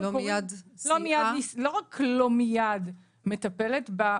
לא רק לא מטפלת מיד,